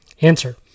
Answer